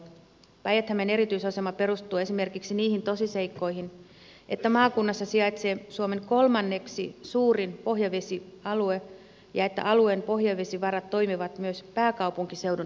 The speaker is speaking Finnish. päijät hämeen erityisasema perustuu esimerkiksi niihin tosiseikkoihin että maakunnassa sijaitsee suomen kolmanneksi suurin pohjavesialue ja että alueen pohjavesivarat toimivat myös pääkaupunkiseudun varavesivarantona